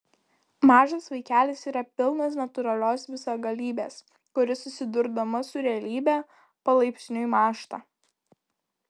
mažas vaikelis yra pilnas natūralios visagalybės kuri susidurdama su realybe palaipsniui mąžta